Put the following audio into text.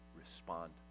respond